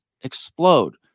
explode